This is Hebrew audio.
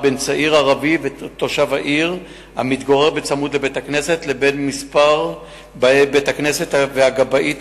וצעיר ערבי המתגורר בסמוך התיז מים על המתפללים וספרי התורה.